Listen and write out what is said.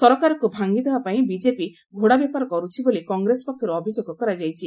ସରକାରକୁ ଭାଙ୍ଗି ଦେବା ପାଇଁ ବିଜେପି ଘୋଡ଼ା ବେପାର କରୁଛି ବୋଲି କଂଗ୍ରେସ ପକ୍ଷରୁ ଅଭିଯୋଗ କରାଯାଇଛି